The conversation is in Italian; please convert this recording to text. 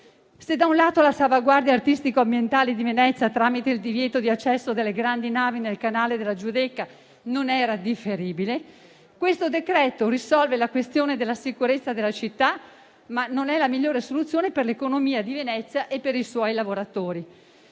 San Marco. Se la salvaguardia artistico-ambientale di Venezia tramite il divieto di accesso delle grandi navi nel canale della Giudecca non era differibile, questo decreto-legge risolve la questione della sicurezza della città, ma non è la migliore soluzione per l'economia di Venezia e per i suoi lavoratori.